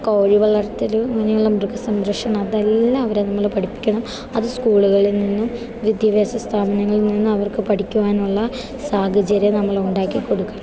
കോഴി വളർത്തൽ അങ്ങനെയുള്ള മൃഗസംരക്ഷണം അതെല്ലാം അവരെ നമ്മൾ പഠിപ്പിക്കണം അത് സ്കൂളുകളിൽനിന്നും വിദ്യാഭ്യാസ സ്ഥാപനങ്ങളിൽനിന്നും അവർക്ക് പഠിക്കുവാനുള്ള സാഹചര്യം നമ്മൾ ഉണ്ടാക്കിക്കൊടുക്കണം